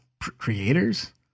Creators